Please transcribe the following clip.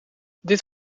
dit